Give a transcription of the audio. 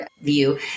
view